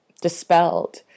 dispelled